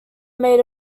made